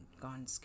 gone